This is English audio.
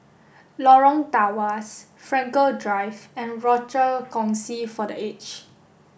Lorong Tawas Frankel Drive and Rochor Kongsi for the Aged